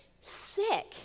sick